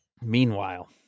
Meanwhile